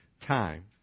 time